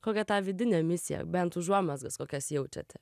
kokią tą vidinę misiją bent užuomazgas kokias jaučiate